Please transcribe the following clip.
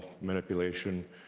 manipulation